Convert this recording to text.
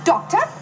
Doctor